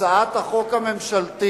הצעת החוק הממשלתית